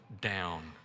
down